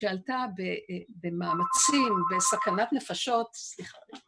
‫שעלתה במאמצים בסכנת נפשות... ‫סליחה.